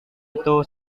itu